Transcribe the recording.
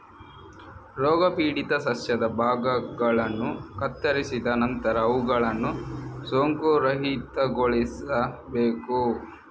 ರೋಗಪೀಡಿತ ಸಸ್ಯದ ಭಾಗಗಳನ್ನು ಕತ್ತರಿಸಿದ ನಂತರ ಅವುಗಳನ್ನು ಸೋಂಕುರಹಿತಗೊಳಿಸಬೇಕು